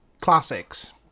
classics